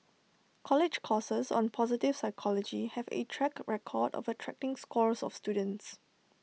college courses on positive psychology have A track record of attracting scores of students